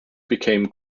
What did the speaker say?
became